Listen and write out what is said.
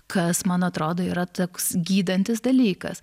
kas man atrodo yra toks gydantis dalykas